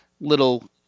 little